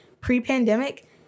pre-pandemic